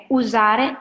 usare